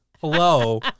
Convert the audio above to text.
Hello